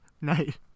Night